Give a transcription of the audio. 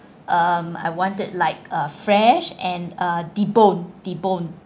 um I want it like a fresh and uh deboned deboned